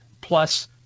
plus